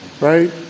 right